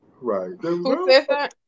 Right